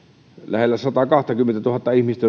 lähes satakaksikymmentätuhatta ihmistä